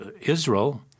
Israel